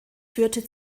führte